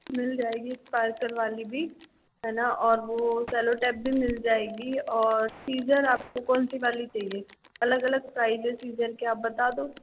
मिल जाएगी स्पार्कल वाली भी है ना और वो सेलो टेप भी मिल जाएगी और सिज़र आपको कौन सी वाली चाहिए अलग अलग प्राइस है सिजर के आप बता दो